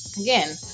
Again